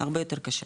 הרבה יותר קשה.